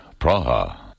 Praha